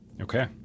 Okay